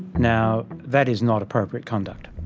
now that is not appropriate conduct